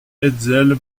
hetzel